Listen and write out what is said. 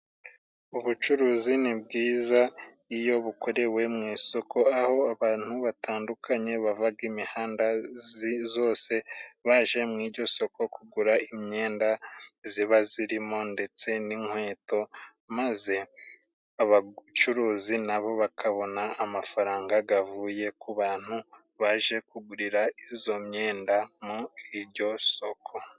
Ubucuruzi ni bwiza iyo bukorewe mu isoko, aho abantu batandukanye bavaga imihanda zose baje mu iryo soko kugura imyenda ziba zirimo ndetse n'inkweto, maze abacuruzi na bo bakabona amafaranga gavuye ku bantu baje kugurira izo myenda mu iryo soko.